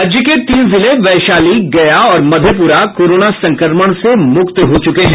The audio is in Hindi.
राज्य के तीन जिले वैशाली गया और मधेपुरा कोरोना संक्रमण से मुक्त हो चुके हैं